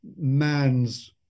man's